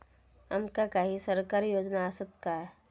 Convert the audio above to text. आमका काही सरकारी योजना आसत काय?